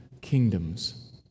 kingdoms